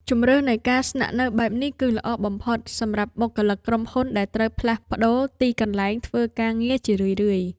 ជម្រើសនៃការស្នាក់នៅបែបនេះគឺល្អបំផុតសម្រាប់បុគ្គលិកក្រុមហ៊ុនដែលត្រូវផ្លាស់ប្ដូរទីកន្លែងធ្វើការងារជារឿយៗ។